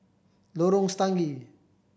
Lorong Stangee